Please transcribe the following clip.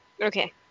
Okay